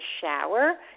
shower